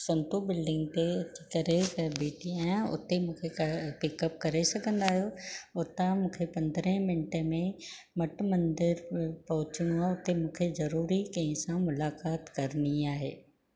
Santu building ते तरे ते बीहठी आहियां उते मूंखे पिकअप करे सघंदा आहियो उतां मूंखे पंद्रहें मिंटे में मट मंदरु पहुचणो आहे उते मूंखे ज़रूरी कंहिं सां मुलाक़ात करणी आहे